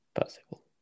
possible